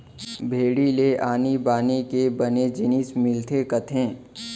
भेड़ी ले आनी बानी के बने जिनिस मिलथे कथें